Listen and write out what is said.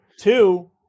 Two